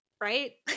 right